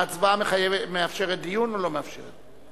ההצבעה מאפשרת דיון או לא מאפשרת?